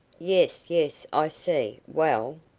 yes, yes. i see. well?